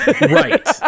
Right